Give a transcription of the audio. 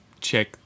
check